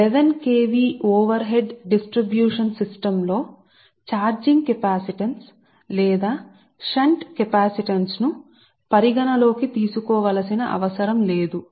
11 KV వైపు పంపిణీ వైపు ఉంటే ఓవర్ హెడ్ పంపిణీ ని పరిగణించాల్సిన అవసరం లేదు ఓవర్ హెడ్ 11 KV పంపిణీ వ్యవస్థ లో మీ ఛార్జింగ్ కెపాసిటెన్స్ లేదా షంట్ కెపాసిటెన్స్ పరిగణన లోకి తీసుకో వలసిన అవసరం లేదు